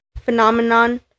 phenomenon